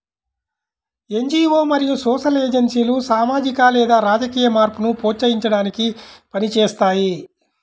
NGO మరియు social ఏజెన్సీలు సామాజిక లేదా రాజకీయ మార్పును ప్రోత్సహించడానికి పని చేస్తాయి